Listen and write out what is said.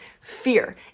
Fear